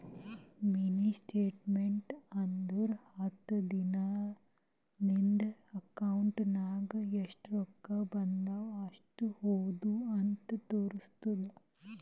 mini statement ಅಂದುರ್ ಹತ್ತು ದಿನಾ ನಿಂದ ಅಕೌಂಟ್ ನಾಗ್ ಎಸ್ಟ್ ರೊಕ್ಕಾ ಬಂದು ಎಸ್ಟ್ ಹೋದು ಅಂತ್ ತೋರುಸ್ತುದ್